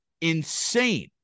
insane